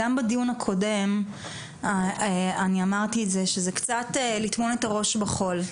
גם בדיון הקודם אני אמרתי את זה שזה קצת לטמון את הראש בחול.